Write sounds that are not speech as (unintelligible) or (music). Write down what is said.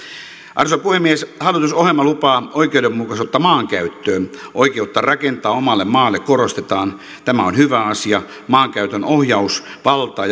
arvoisa puhemies hallitusohjelma lupaa oikeudenmukaisuutta maankäyttöön oikeutta rakentaa omalle maalle korostetaan tämä on hyvä asia maankäytön ohjausvaltaa (unintelligible)